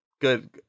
Good